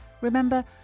Remember